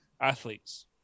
athletes